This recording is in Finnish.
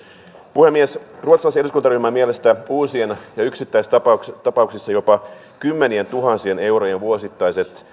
puhemies ruotsalaisen eduskuntaryhmän mielestä uusien maksujen yksittäistapauksissa jopa kymmenientuhansien eurojen vuosittaisten